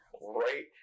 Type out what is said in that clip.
Right